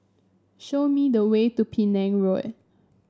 show me the way to Penang Road